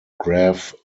graph